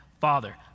father